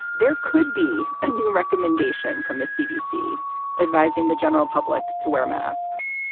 there could be a new recommendation from the cdc advising the general public to wear masks.